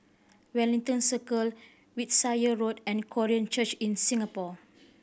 Wellington Circle Wiltshire Road and Korean Church in Singapore